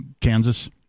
Kansas